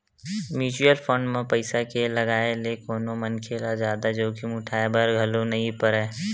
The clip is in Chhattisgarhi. म्युचुअल फंड म पइसा के लगाए ले कोनो मनखे ल जादा जोखिम उठाय बर घलो नइ परय